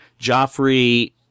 Joffrey